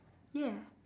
ya